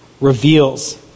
reveals